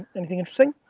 anything interesting?